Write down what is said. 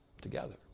together